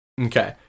Okay